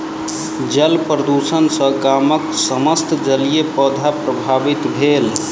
जल प्रदुषण सॅ गामक समस्त जलीय पौधा प्रभावित भेल